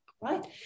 Right